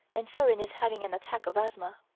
and sorin is having an attack of asthma.